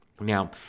Now